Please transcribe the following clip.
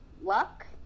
luck